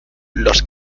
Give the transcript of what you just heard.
los